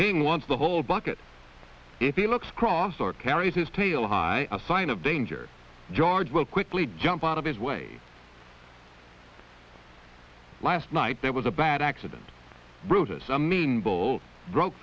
king wants the whole bucket if he looks cross or carries his tail high a sign of danger george will quickly jump out of his way last night there was a bad accident br